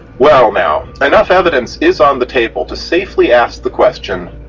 well now, enough evidence is on the table to safely ask the question,